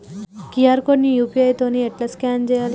QR code ని UPI తోని ఎట్లా స్కాన్ చేయాలి?